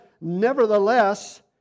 nevertheless